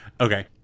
okay